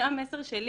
זה המסר שלי,